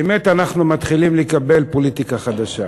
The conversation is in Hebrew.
באמת אנחנו מתחילים לקבל פוליטיקה חדשה.